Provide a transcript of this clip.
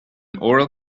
oral